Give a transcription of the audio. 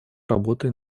работой